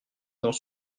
dans